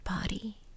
body